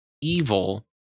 evil